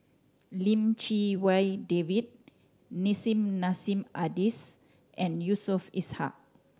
Lim Chee Wai David Nissim Nassim Adis and Yusof Ishak